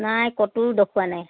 নাই ক'তো দখুৱা নাই